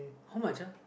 how much uh